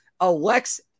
Alex